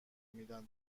میدن